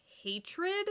hatred